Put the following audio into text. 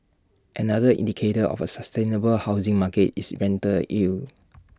another indicator of A sustainable housing market is rental yield